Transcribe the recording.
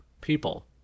people